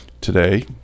today